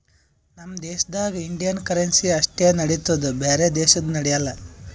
ನಮ್ ದೇಶದಾಗ್ Indian currency ಅಷ್ಟೇ ನಡಿತ್ತುದ್ ಬ್ಯಾರೆ ದೇಶದು ನಡ್ಯಾಲ್